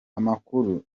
amakuru